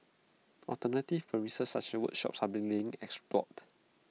alternative premises such workshops are being explored